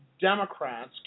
Democrats